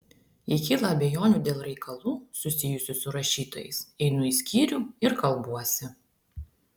jei kyla abejonių dėl reikalų susijusių su rašytojais einu į skyrių ir kalbuosi